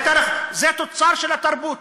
זה תוצר של התרבות.